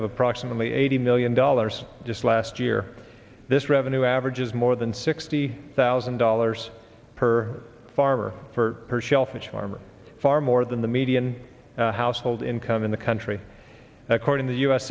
of approximately eighty million dollars just last year this revenue averages more than sixty thousand dollars per farmer for shellfish farmers far more than the median household income in the country according to the u